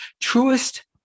Truest